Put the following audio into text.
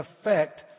effect